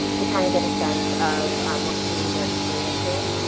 to kind of get a sense of what communities are experiencing.